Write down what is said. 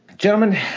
Gentlemen